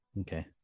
Okay